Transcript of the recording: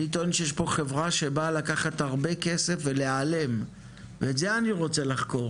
אני טוען שיש פה חברה שבאה לקחת הרבה כסף ולהעלם ואת זה אני רוצה לחקור.